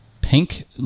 Pink